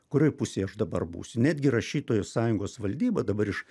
kurioj pusėj aš dabar būsiu netgi rašytojų sąjungos valdyba dabar iš